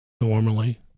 normally